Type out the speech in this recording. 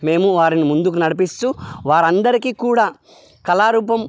మేము వారిని ముందుకు నడిపిస్తూ వారందరికీ కూడా కళారూపం